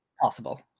possible